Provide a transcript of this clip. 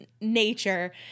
nature